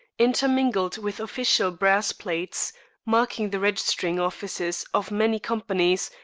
intermingled with official brass plates marking the registering offices of many companies,